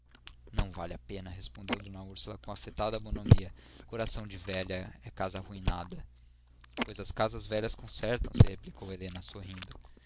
não vale a pena respondeu d úrsula com afetada bonomia coração de velha é casa arruinada pois as casas velhas consertam se replicou helena sorrindo